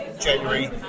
January